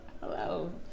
Hello